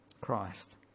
Christ